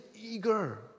eager